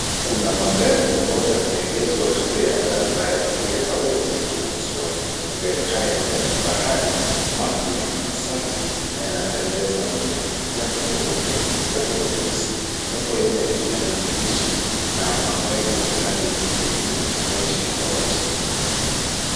Kuna magari ambayo yameegeshwa kando ya barabara ili yakaweze kuuzwa. Magari haya ni ya kifahari mapya, safi na yanapendeza mno. Yapo meupe, yapo meusi, yapo yale ya kijani kibichi na magari yenye rangi zingine tofauti tofauti.